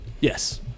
Yes